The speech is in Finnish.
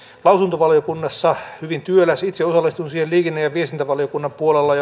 lausuntovaliokunnassa hyvin työläs itse osallistuin siihen liikenne ja ja viestintävaliokunnan puolella